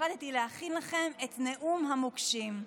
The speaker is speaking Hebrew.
החלטתי להכין לכם את נאום המוקשים.